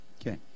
Okay